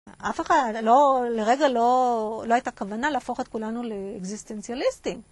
אף אחד... לא... לרגע לא הייתה כוונה להפוך את כולנו לאקזיסטנציאליסטים.